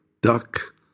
duck